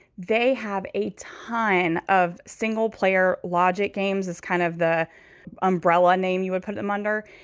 they have a ton of single player logic games is kind of the umbrella name you would put them under.